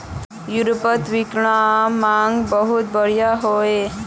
यूरोपोत विक्लान्ग्बीमार मांग बहुत बढ़े गहिये